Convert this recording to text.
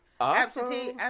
Absentee